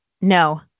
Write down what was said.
No